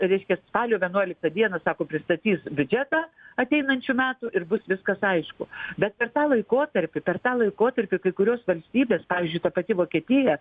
reiškia spalio vienuoliktą dieną sako pristatys biudžetą ateinančių metų ir bus viskas aišku bet per tą laikotarpį per tą laikotarpį kai kurios valstybės pavyzdžiui ta pati vokietija